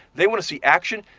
they want to see action.